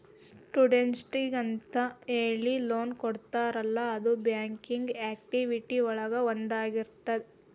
ಸ್ಟೂಡೆಂಟ್ಸಿಗೆಂತ ಹೇಳಿ ಲೋನ್ ಕೊಡ್ತಾರಲ್ಲ ಅದು ಬ್ಯಾಂಕಿಂಗ್ ಆಕ್ಟಿವಿಟಿ ಒಳಗ ಒಂದಾಗಿರ್ತದ